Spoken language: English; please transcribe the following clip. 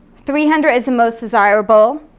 three hundred is the most desirable,